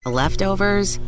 leftovers